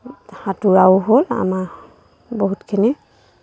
সাঁতোৰাও হ'ল আমাৰ বহুতখিনি